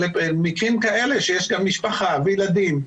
אבל למקרים כאלה שיש גם משפחה וילדים,